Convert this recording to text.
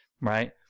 right